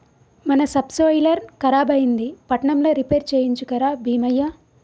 మన సబ్సోయిలర్ ఖరాబైంది పట్నంల రిపేర్ చేయించుక రా బీమయ్య